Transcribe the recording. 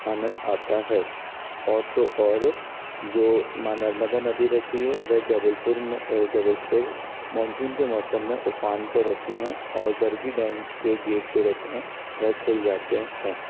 आनंद आता है और तो और जो माँ नर्मदा नदी रहती है वे जबलपुर में जबलपुर मानसून के मौसम उफान पे रहती हैं और बरकी डैम के गेट जो रहते हैं वह खुल जाते हैं